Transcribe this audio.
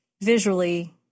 visually